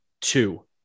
two